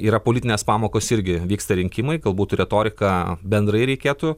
yra politinės pamokos irgi vyksta rinkimai galbūt retoriką bendrai reikėtų